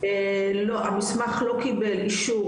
המסמך לא קיבל אישור,